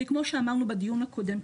כי כמו שאמרנו בדיו הקודם,